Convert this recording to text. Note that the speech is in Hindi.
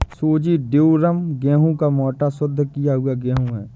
सूजी ड्यूरम गेहूं का मोटा, शुद्ध किया हुआ गेहूं है